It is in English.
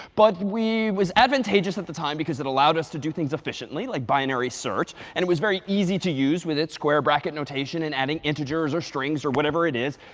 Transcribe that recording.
but it was advantageous at the time, because it allowed us to do things efficiently, like binary search, and it was very easy to use with its square bracket notation and adding integers or strings or whatever it is.